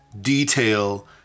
detail